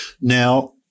Now